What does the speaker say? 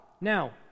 Now